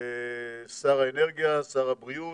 לשר האנרגיה, שר הבריאות,